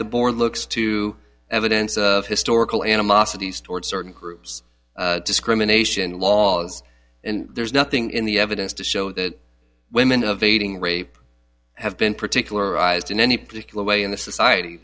the board looks to evidence of historical animosities toward certain groups discrimination laws and there's nothing in the evidence to show that women of eating rape have been particular ised in any particular way in the societ